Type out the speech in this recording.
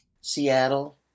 Seattle